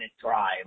drive